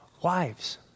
Wives